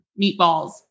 meatballs